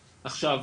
עכשיו,